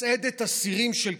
גישה אזורית,